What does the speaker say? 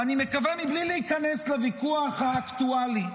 ואני מקווה, מבלי להיכנס לוויכוח האקטואלי,